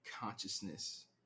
consciousness